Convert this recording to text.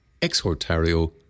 exhortario